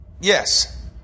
Yes